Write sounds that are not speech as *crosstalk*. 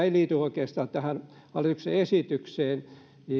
*unintelligible* ei liity oikeastaan tähän hallituksen esitykseen